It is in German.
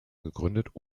gegründet